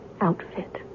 outfit